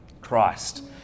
Christ